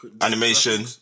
Animation